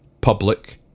public